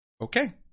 Okay